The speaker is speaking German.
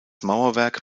mauerwerk